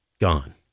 gone